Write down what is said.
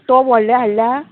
तोप व्होडले हाडल्या